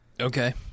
Okay